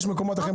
יש מקומות אחרים.